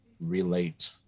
relate